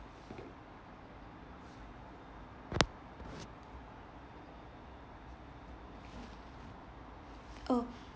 oh